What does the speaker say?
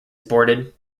aborted